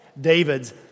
David's